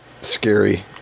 scary